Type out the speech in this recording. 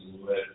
let